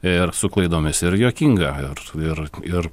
ir su klaidomis ir juokinga ir ir ir